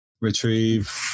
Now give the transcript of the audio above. retrieve